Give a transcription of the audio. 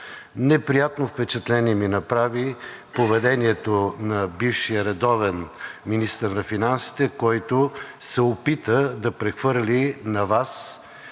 Неприятно впечатление ми направи поведението на бившия редовен министър на финансите, който се опита да прехвърли на Вас